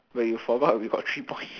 but you forgot we got three point